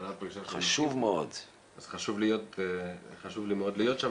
אז חשוב לי מאוד להיות שם,